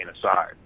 aside